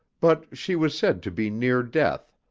but she was said to be near death,